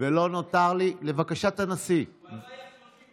ולא נותר לי, לבקשת הנשיא, אבל לא היה 30 יום.